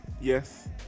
yes